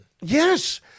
Yes